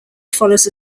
follows